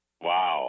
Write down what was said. Wow